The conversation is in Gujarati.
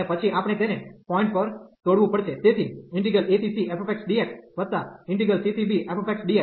અને પછી આપણે તેને પોઈન્ટ પર તોડવું પડશે તેથી acfxdxcbfxdx